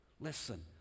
listen